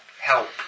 help